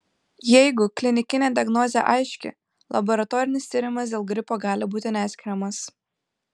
jeigu klinikinė diagnozė aiški laboratorinis tyrimas dėl gripo gali būti neskiriamas